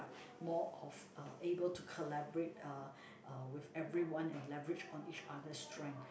more often uh able to collaborate uh with everyone and lavish on each other strengths